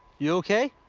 you ok?